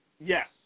Yes